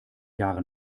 jahre